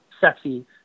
sexy